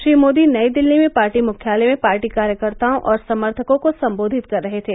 श्री मोदी नई दिल्ली में पार्टी मुख्यालय में पार्टी कार्यकर्ताओं और समर्थकों को संबोधित कर रहे थे